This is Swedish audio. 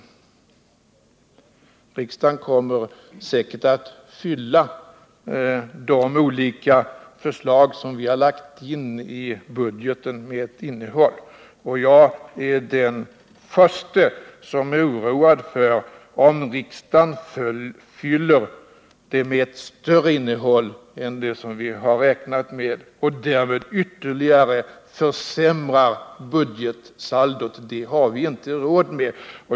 Riksdagen kommer säkert att fylla ut de olika förslag som vi har lagt in i budgeten. Jag är den förste som är oroad för att riksdagen fyller dem med ett större innehåll än vad vi har räknat med och därmed ytterligare försämrar budgetsaldot. Det har vi inte råd med.